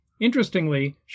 Interestingly